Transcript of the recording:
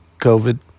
covid